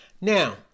Now